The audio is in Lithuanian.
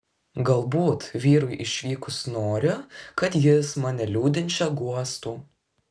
galbūt vyrui išvykus noriu kad jis mane liūdinčią guostų